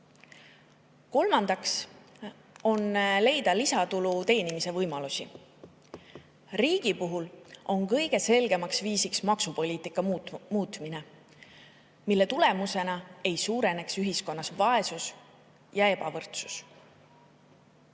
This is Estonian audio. võimalus on leida lisatulu teenimise võimalusi. Riigi puhul on kõige selgem viis maksupoliitika muutmine nii, et selle tulemusena ei suurene ühiskonnas vaesus ja ebavõrdsus. Oleme